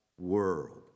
world